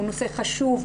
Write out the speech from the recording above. הוא נושא חשוב.